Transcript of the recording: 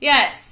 Yes